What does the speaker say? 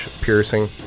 piercing